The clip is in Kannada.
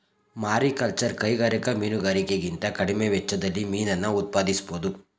ಮಾರಿಕಲ್ಚರ್ ಕೈಗಾರಿಕಾ ಮೀನುಗಾರಿಕೆಗಿಂತ ಕಡಿಮೆ ವೆಚ್ಚದಲ್ಲಿ ಮೀನನ್ನ ಉತ್ಪಾದಿಸ್ಬೋಧು